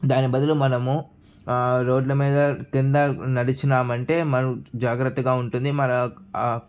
దాని బదులు మనము రోడ్లమీద కింద నడిచామంటే మనం జాగ్రత్తగా ఉంటుంది మన